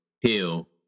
heal